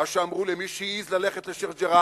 מה שאמרו על מי שהעז ללכת לשיח'-ג'ראח,